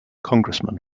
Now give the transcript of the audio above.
congressman